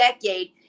decade